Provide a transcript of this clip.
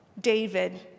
David